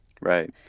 Right